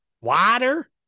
Water